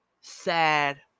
sad